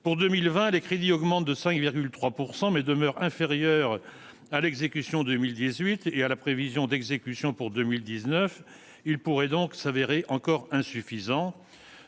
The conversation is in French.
pour 2020 les crédits augmentent de 5,3 pourcent mais demeure inférieur à l'exécution 2018 et à la prévision d'exécution pour 2019, il pourrait donc s'avérer encore insuffisant